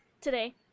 Today